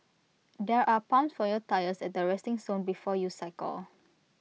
there are pumps for your tyres at the resting zone before you cycle